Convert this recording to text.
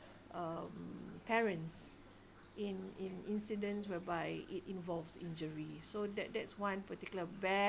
um parents in in incidents whereby it involves injury so that that's one particular bad